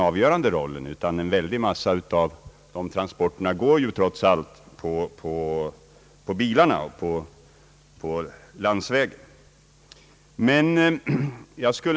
En mycket stor del av transporterna går nämligen trots allt per bil på landsväg.